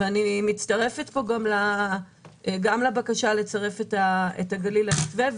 ואני מצטרפת פה גם לבקשה לצרף את הגליל למתווה,